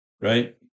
right